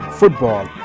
football